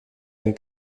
ein